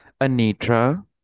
Anitra